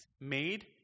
Made